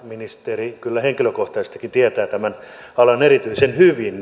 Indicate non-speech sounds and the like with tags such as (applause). ministeri kyllä henkilökohtaisestikin tietää erityisen hyvin (unintelligible)